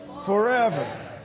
forever